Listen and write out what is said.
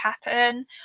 happen